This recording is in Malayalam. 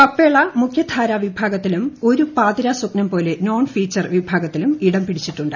കപ്പേള മുഖ്യധാര വിഭാഗത്തിലും ഒരു പാതിര സ്വപ്നം പോലെ നോൺ ഫീച്ചർ വിഭാഗത്തിലും ഇടം പിടിച്ചിട്ടുണ്ട്